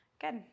Good